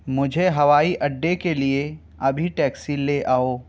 مجھے ہوائی اَڈّے کے لیے ابھی ٹیکسی لے آؤ